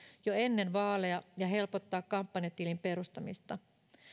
jo ennen vaaleja ja helpottaa kampanjatilin perustamista